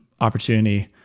opportunity